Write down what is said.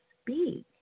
speak